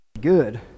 good